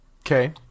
Okay